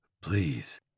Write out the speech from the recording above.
Please